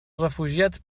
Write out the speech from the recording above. refugiats